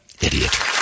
Idiot